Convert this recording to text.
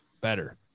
better